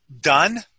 done